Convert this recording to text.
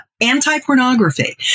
anti-pornography